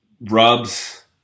rubs